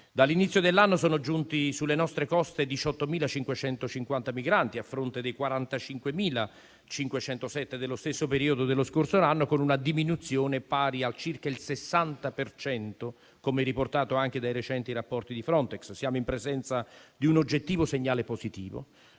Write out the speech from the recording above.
Dall'inizio dell'anno sono giunti sulle nostre coste 18.550 migranti, a fronte dei 45.507 dello stesso periodo dello scorso anno, con una diminuzione pari a circa il 60 per cento, come riportato anche dai recenti rapporti di Frontex. Siamo in presenza di un oggettivo segnale positivo,